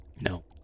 No